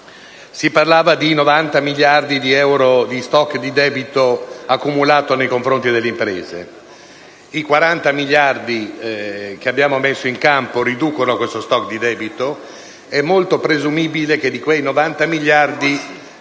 si parlava di 90 miliardi di euro di *stock* di debito accumulato nei confronti delle imprese. I 40 miliardi che abbiamo messo in campo riducono questo stato di debito. È presumibile che dei 90 miliardi